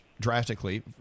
drastically